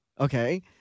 okay